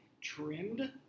Trimmed